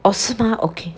oh 是吗 okay